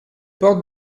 porte